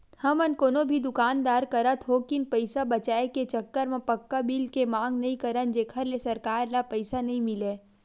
हमन कोनो भी दुकानदार करा थोकिन पइसा बचाए के चक्कर म पक्का बिल के मांग नइ करन जेखर ले सरकार ल पइसा नइ मिलय